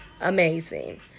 amazing